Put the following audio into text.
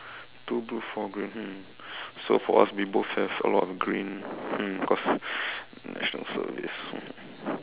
two blue four green hmm so for us we both have a lot of green hmm cause